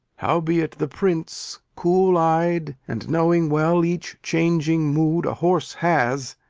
howbeit, the prince, cool-eyed and knowing well each changing mood a horse has,